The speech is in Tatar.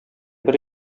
бер